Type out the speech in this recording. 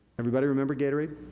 everybody remember gatorade?